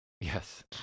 Yes